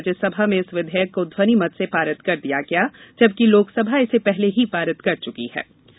राज्यसभा में इस विधेयक को ध्वनि मत से पारित कर दिया गया जबकि लोकसभा इसे पहले ही पारित कर चुकी थी